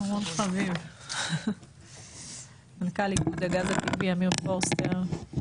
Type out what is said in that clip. אחרון חביב, מנכ"ל איגוד הגז הטבעי, אמיר פוסטר.